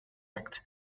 act